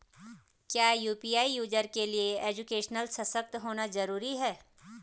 क्या UPI user के लिए एजुकेशनल सशक्त होना जरूरी है?